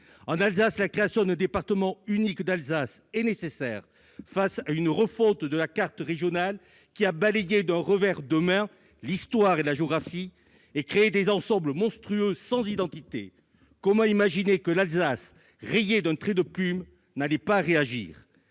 particulier. La création d'un département unique d'Alsace est nécessaire, tant la refonte de la carte régionale a balayé d'un revers de main l'histoire et la géographie et a donné naissance à des ensembles monstrueux sans identité. Ah ça ! Comment imaginer que l'Alsace, rayée d'un trait de plume, n'allait pas réagir ?